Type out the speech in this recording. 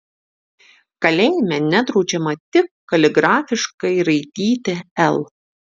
kalėjime nedraudžiama tik kaligrafiškai raityti l